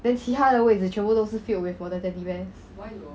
then 其他的位子全部都是 filled with 我的 teddy bears